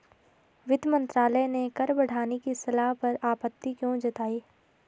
वित्त मंत्रालय ने कर बढ़ाने की सलाह पर आपत्ति क्यों जताई?